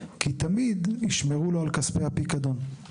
כי תמיד ישמרו לו על כספי הפיקדון,